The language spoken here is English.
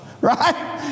right